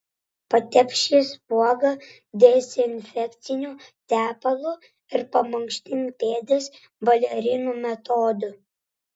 patepk šį spuogą dezinfekciniu tepalu ir pamankštink pėdas balerinų metodu